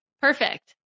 Perfect